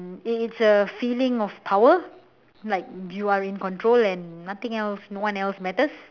it's a feeling of power like you are in control and nothing else no one else matters